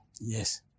Yes